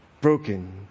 broken